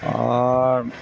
اور